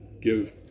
give